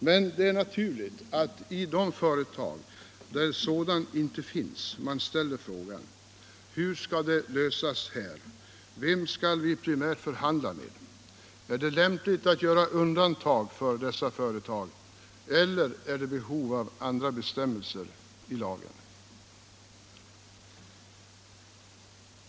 Men det är naturligt att man i de företag där sådan inte finns ställer frågan: Hur skall det lösas här? Vem skall vi primärt förhandla med? Är det lämpligt att göra undantag för dessa företag? Eller är det behov av andra bestämmelser i lagen?